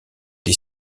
des